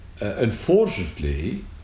Unfortunately